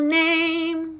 name